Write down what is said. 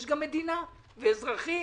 יש גם מדינה ואזרחים